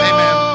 Amen